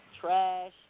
trash